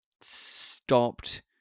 stopped